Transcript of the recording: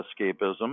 escapism